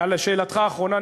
שאלתך האחרונה,